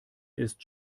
ist